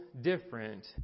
different